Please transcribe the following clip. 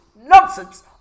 nonsense